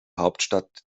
hauptstadt